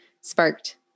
sparked